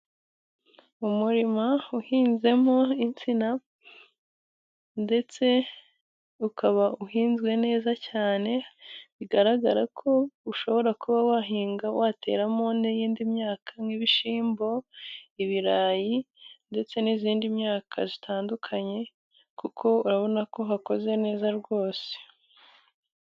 Umurimo uhinzemo insina, ndetse ukaba uhinzwe neza cyane bigaragara ko ushobora kuba wahinga wateramo n'indi myaka nk'ibishyimbo, ibirayi ndetse n'iyindi myaka itandukanye kuko urabona ko hakoze neza rwose.